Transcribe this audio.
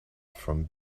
from